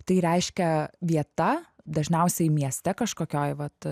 tai reiškia vieta dažniausiai mieste kažkokioj vat